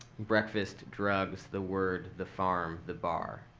breakfast, drugs, the word, the farm, the bar.